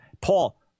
Paul